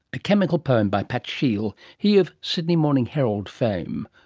a chemical poem by pat sheil, he of sydney morning herald fame,